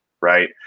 Right